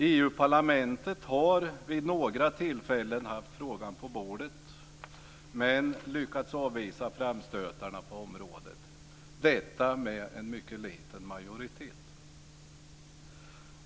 EU:s parlament har vid några tillfällen haft frågan på bordet men lyckats avvisa framstötarna på området, dock med en mycket liten majoritet.